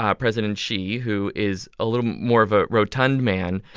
um president xi, who is a little more of a rotund man,